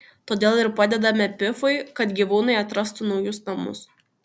todėl ir padedame pifui kad gyvūnai atrastų naujus namus